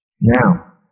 Now